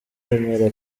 remera